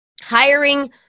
hiring